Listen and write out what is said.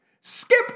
skip